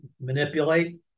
manipulate